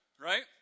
right